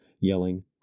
yelling